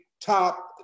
top